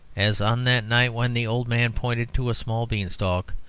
as on that night when the old man pointed to a small beanstalk,